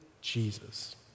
Jesus